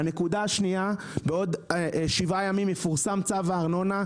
הנקודה השניה, בעוד שבעה ימים יפורסם צו הארנונה.